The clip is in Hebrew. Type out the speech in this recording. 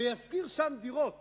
וישכיר שם דירות